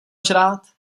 žrát